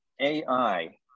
AI